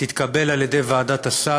תתקבל על ידי ועדת הסל.